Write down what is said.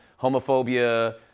homophobia